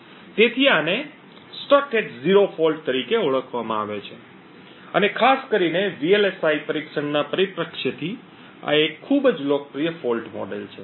તેથી આને stuck at 0 fault તરીકે ઓળખવામાં આવે છે અને ખાસ કરીને વીએલએસઆઈ પરીક્ષણના પરિપ્રેક્ષ્યથી આ એક ખૂબ જ લોકપ્રિય દોષ મોડેલ છે